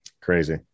Crazy